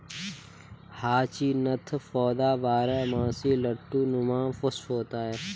hyacinth पौधा बारहमासी लट्टू नुमा पुष्प होता है